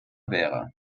wäre